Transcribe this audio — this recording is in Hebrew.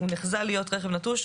"הוא נחזה להיות רכב נטוש".